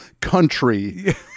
country